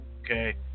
Okay